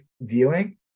viewing